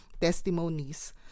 testimonies